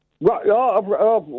Right